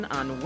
on